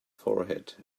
forehead